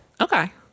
Okay